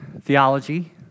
theology